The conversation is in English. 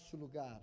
lugar